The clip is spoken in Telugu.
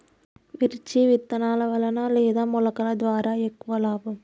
మిర్చి విత్తనాల వలన లేదా మొలకల ద్వారా ఎక్కువ లాభం?